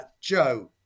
Joe